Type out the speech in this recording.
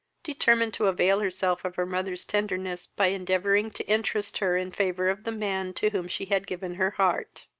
determined to avail herself of her mother's tenderness by endeavouring to interest her in favour of the man to whom she had given her heart.